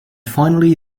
finally